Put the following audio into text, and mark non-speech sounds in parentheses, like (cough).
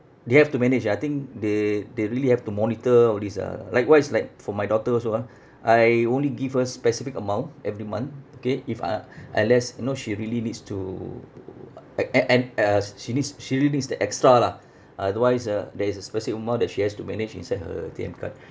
they have to manage ah I think they they really have to monitor all these ah likewise like for my daughter also ah I only give her specific amount every month okay if uh unless you know she really needs to (noise) uh uh and uh she needs she really needs the extra lah otherwise ah there is a specific amount that she has to manage inside her A_T_M card